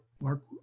Mark